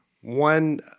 One